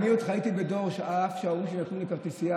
אני עוד חייתי בדור שאף שההורים שלי נתנו לי כרטיסייה,